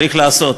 צריך לעשות,